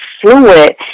fluid